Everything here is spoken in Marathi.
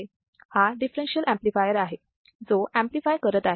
हा दिफ्फेरेन्शियल ऍम्प्लिफायर आहे जो ऍम्प्लिफाय करत आहे